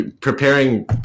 Preparing